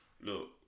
Look